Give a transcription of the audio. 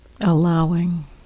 allowing